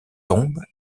tombe